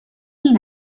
این